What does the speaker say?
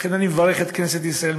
לכן אני מברך את כנסת ישראל,